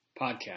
Podcast